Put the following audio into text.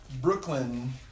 Brooklyn